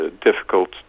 difficult